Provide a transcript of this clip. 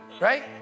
right